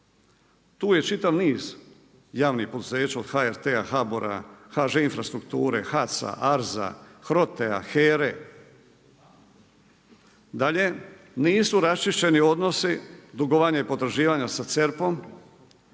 Tu je čitav niz javnih poduzeća od HRT-a, HBOR-a, HŽ Infrastrukture, HAC-a, ARZ-a, HROTE-a, HERA-E. Dalje, nisu raščišćeni odnosi dugovanja i potraživanja sa CERP-om,